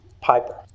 Piper